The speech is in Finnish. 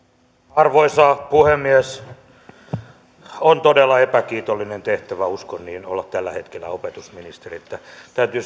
arvoisa puhemies on todella epäkii tollinen tehtävä uskon niin olla tällä hetkellä opetusministeri niin että täytyy